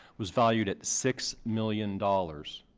was valued at six million dollars.